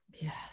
Yes